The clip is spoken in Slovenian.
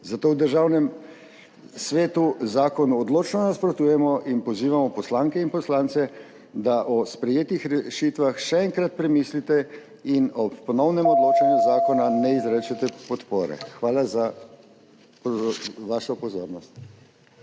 Zato v Državnem svetu zakonu odločno nasprotujemo in pozivamo poslanke in poslance, da o sprejetih rešitvah še enkrat premislijo in ob ponovnem odločanju zakona ne izrečejo podpore. Hvala za vašo pozornost.